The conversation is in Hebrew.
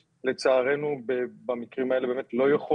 לצערנו השירות במקרים האלה לא יכול